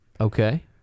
Okay